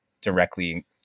directly